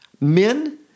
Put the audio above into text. Men